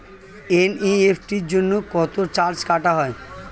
NEFT জন্য কত charge কাটা হয়?